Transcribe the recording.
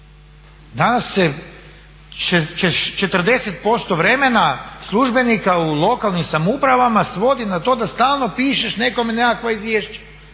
Danas se 40% vremena službenika u lokalnim samoupravama svodi na to da stalno pišeš nekome nekakva izvješća,